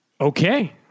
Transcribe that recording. Okay